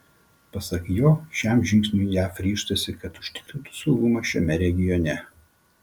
pasak jo šiam žingsniui jav ryžtasi kad užtikrintų saugumą šiame regione